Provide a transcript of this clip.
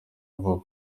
vuba